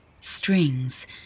strings